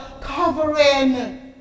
covering